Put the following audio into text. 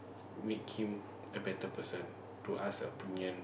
make him a better person to ask opinion